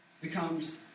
becomes